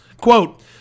Quote